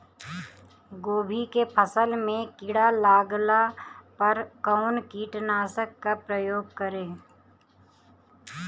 गोभी के फसल मे किड़ा लागला पर कउन कीटनाशक का प्रयोग करे?